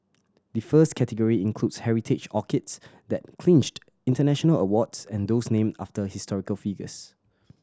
the first category includes heritage orchids that clinched international awards and those named after historical figures